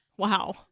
Wow